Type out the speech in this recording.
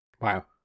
Wow